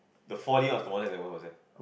the faulty one was the one that wasn't